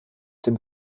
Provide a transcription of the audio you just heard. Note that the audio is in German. dem